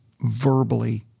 verbally